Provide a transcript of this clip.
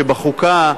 שבחוקה,